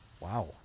Wow